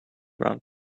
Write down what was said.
round